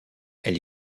elle